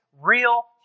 real